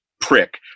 prick